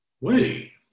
Wait